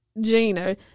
Gina